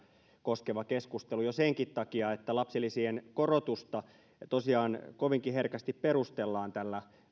koskeva keskustelu jo senkin takia että lapsilisien korotusta tosiaan kovinkin herkästi perustellaan tällä